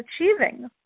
achieving